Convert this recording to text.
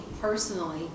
personally